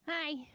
Hi